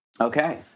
Okay